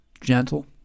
gentle